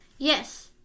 Yes